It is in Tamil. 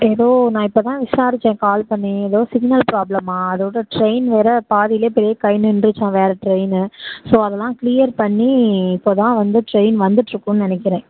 ஏதோ நான் இப்போ தான் விசாரிச்சேன் கால் பண்ணி ஏதோ சிக்னல் ப்ராப்ளமாக அதோட ட்ரெயின் வேறு பாதிலேயே பிரேக் ஆயி நின்றுச்சான் வேறு ட்ரெயின்னு ஸோ அதெல்லாம் கிளியர் பண்ணி இப்போ தான் வந்து ட்ரெயின் வந்துட்ருக்குன்னு நினக்கிறேன்